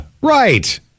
right